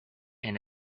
and